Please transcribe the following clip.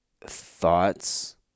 thoughts